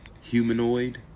Humanoid